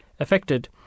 Affected